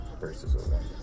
versus